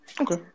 Okay